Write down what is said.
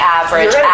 average